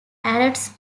arrest